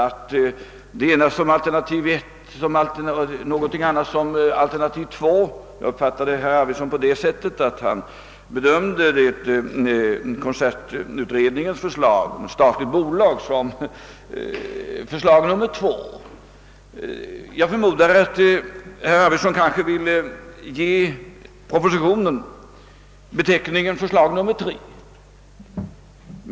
Ett förslag kallades för alternativ 1, ett annat för alternativ 2 0. s. v. Jag uppfattade herr Arvidson så, att han bedömde konsertbyråutredningens förslag om ett statligt bolag som alternativ nr 2. Herr Arvidson kanske ville beteckna propositionen som förslag nr 3.